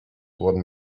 wurden